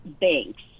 banks